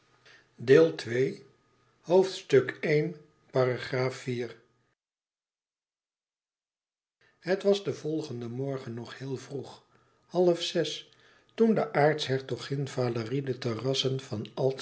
het was den volgenden morgen nog heel vroeg half zes toen de aartshertogin valérie de terrassen van